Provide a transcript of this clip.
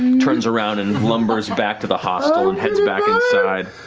turns around and lumbers back to the hostel and heads back inside.